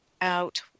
out